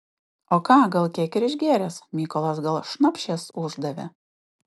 o ką gal kiek ir išgėręs mykolas gal šnapšės uždavė